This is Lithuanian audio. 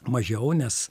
mažiau nes